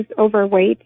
overweight